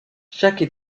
chaque